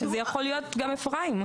זה יכול להיות גם אפרים.